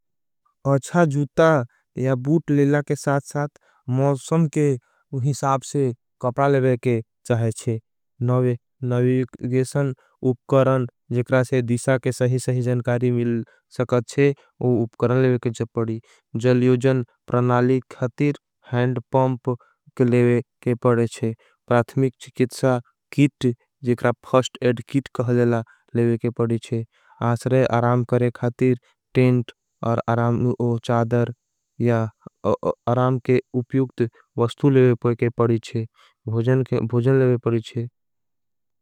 अच्छा जूता या बूट लेला के साथ साथ मौसम। के हिसाबसे कपड़ा लेवे के चाहेचे नविगेशन। उपकरन जेकरा से दिशा के सही सही जनकारी। मिल सकत चे उपकरन लेवे के चे पड़ी जल योजन। प्रणाली के खातीर हैंड पॉंप के लेवे के पड़ेचे प्रात्मिक। चीकितसा कीट जेकरा फ़स्ट एड कीट कहलेला लेवे के पड़ीचे।